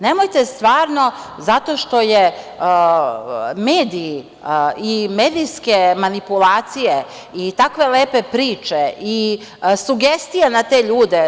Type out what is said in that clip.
Nemojte stvarno zato što mediji i medijske manipulacije i takve lepe priče i sugestija na te ljude.